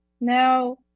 now